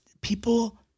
people